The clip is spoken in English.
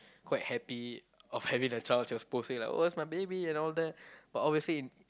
quite happy of having the child she was posting like oh it's my baby and all that but obviously in